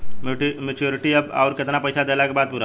Maturity कब आउर केतना पईसा देहला के बाद पूरा होई?